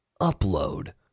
Upload